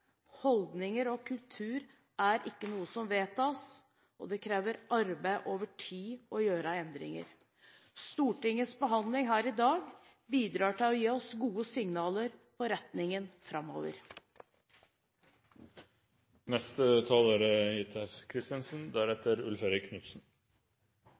Holdninger og kultur er ikke noe som vedtas, og det krever arbeid over tid å gjøre endringer. Stortingets behandling her i dag bidrar til å gi oss gode signaler om retningen